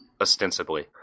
ostensibly